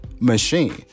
machine